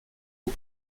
aux